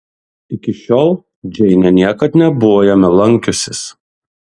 iki šiol džeinė niekad nebuvo jame lankiusis